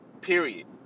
period